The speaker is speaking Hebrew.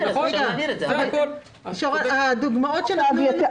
למה זכאות חדשה?